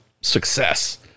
success